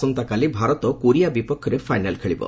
ଆସନ୍ତାକାଲି ଭାରତ' କୋରିଆ ବିପକ୍ଷରେ ଫାଇନାଲ ଖେଳିବ